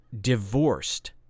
divorced